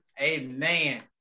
amen